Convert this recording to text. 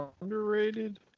Underrated